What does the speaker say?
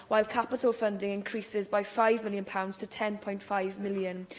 while capital funding increases by five million pounds to ten point five million